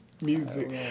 music